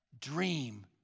dream